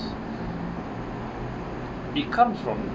it comes from